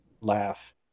laugh